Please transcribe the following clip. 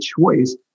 choice